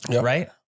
right